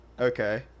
Okay